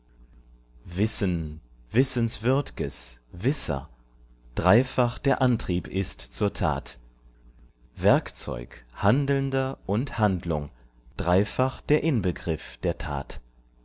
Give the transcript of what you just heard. wissen wissenswürd'ges wisser dreifach der antrieb ist zur tat werkzeug handelnder und handlung dreifach der inbegriff der tat